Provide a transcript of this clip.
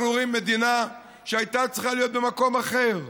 אנחנו רואים מדינה שהייתה צריכה להיות במקום אחר,